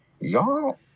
y'all